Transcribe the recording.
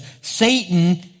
Satan